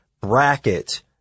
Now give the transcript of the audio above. bracket